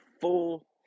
full